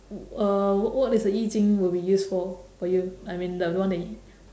wh~ uh what what is the 易经 will be used for for you I mean the one that